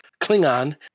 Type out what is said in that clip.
Klingon